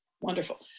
Wonderful